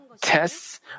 tests